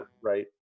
Right